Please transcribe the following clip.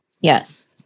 yes